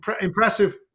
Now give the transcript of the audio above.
impressive